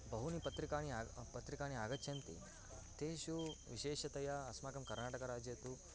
बहूनि पत्रिकाः आ पत्रिकाः आगच्छन्ति तेषु विशेषतया अस्माकं कर्नाटकराज्ये तु